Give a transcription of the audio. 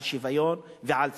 על שוויון ועל צדק.